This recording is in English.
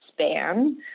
span